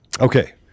Okay